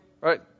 right